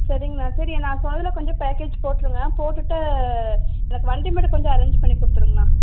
சரிங்கண்ணா சரி நான் சொன்னதை கொஞ்சம் பேக்கேஜ் போட்டுருங்க போட்டுட்டு எனக்கு வண்டி மட்டும் கொஞ்சம் அரேஞ்ச் பண்ணி கொடுத்துருங்கண்ணா